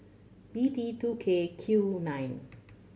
B T two K Q nine